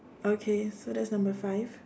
okay so that's number five